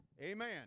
Amen